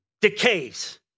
decays